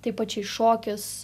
tai pačiai šokis